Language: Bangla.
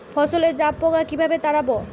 ফসলে জাবপোকা কিভাবে তাড়াব?